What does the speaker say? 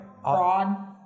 fraud